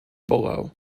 below